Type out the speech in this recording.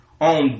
On